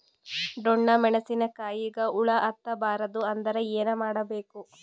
ಡೊಣ್ಣ ಮೆಣಸಿನ ಕಾಯಿಗ ಹುಳ ಹತ್ತ ಬಾರದು ಅಂದರ ಏನ ಮಾಡಬೇಕು?